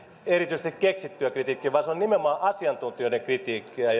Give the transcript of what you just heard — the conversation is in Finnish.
erityisesti keksittyä kritiikkiä vaan se on nimenomaan asiantuntijoiden kritiikkiä